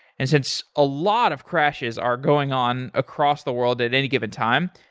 and since a lot of crashes are going on across the world at any given time,